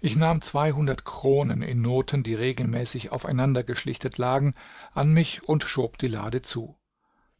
ich nahm zweihundert kronen in noten die regelmäßig aufeinander geschlichtet lagen an mich und schob die lade zu